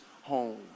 home